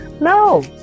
no